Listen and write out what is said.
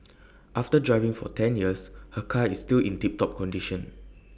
after driving for ten years her car is still in tip top condition